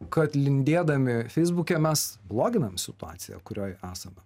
kad lindėdami feisbuke mes bloginam situaciją kurioj esame